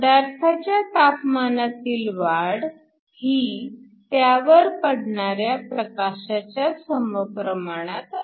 पदार्थाच्या तापमानातील वाढ ही त्यावर पडणाऱ्या प्रकाशाच्या समप्रमाणात असते